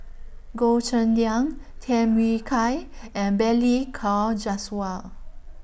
Goh Cheng Liang Tham Yui Kai and Balli Kaur Jaswal